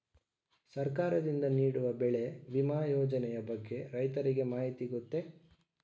ಸರ್ಕಾರದಿಂದ ನೀಡುವ ಬೆಳೆ ವಿಮಾ ಯೋಜನೆಯ ಬಗ್ಗೆ ರೈತರಿಗೆ ಮಾಹಿತಿ ಗೊತ್ತೇ?